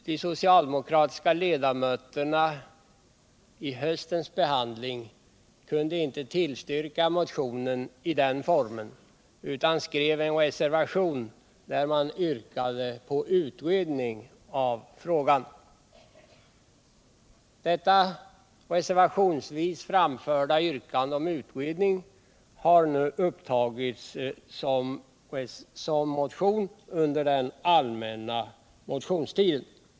De socialdemokratiska ledamöterna kunde vid höstens behandling inte tillstyrka motionen i den formen utan skrev en reservation där man yrkade på utredning av frågan. Detta reservationsvis framförda yrkande om utredning har nu upptagits som motion under den allmänna motionstiden.